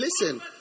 listen